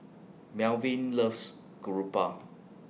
Melvin loves Garoupa